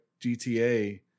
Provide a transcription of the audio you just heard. GTA